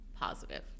positive